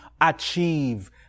achieve